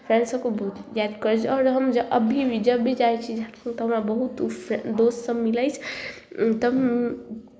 फ्रेंडसभकेँ बहुत याद करै छी आओर हम ज अभी भी जब भी जाइ छी झारखंड तऽ हमरा बहुत ओ फ्रेंड दोस्तसभ मिलै अछि तब